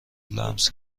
لمس